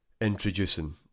Introducing